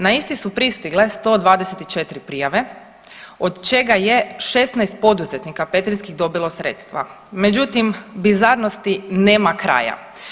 Na isti su pristigle 124 prijave, od čega je 16 poduzetnika petrinjskih dobilo sredstva, međutim bizarnosti nema kraja.